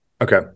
Okay